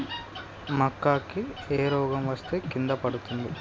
మక్కా కి ఏ రోగం వస్తే కింద పడుతుంది?